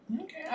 Okay